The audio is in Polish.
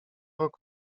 rok